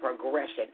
progression